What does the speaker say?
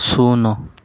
ଶୂନ